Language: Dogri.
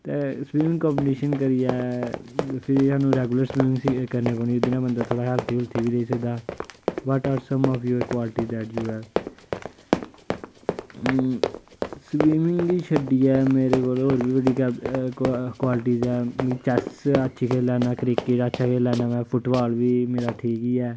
ते स्विमिंग कंपीटिशन करियै फिर सानूं रैगूलर स्विमिंग करनी पौनी ओह्दे ने बंदा थोह्ड़ा हैल्थी हुल्थी बी रेही सकदा but are some are you quality that you are swimming गी छड्डियै मेरे कोल होर बी बड़ी जादा क्वालिटीस ऐ में चैस्स अच्छी खेल्ली लैन्ना क्रिकेट अच्छा खेल्ली लैन्ना फुट बाल बी मेरा ठीक ही ऐ